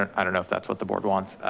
i don't know if that's what the board wants,